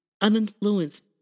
uninfluenced